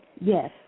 Yes